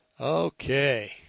Okay